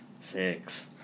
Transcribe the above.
six